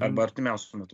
arba artimiausiu metu